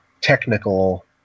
technical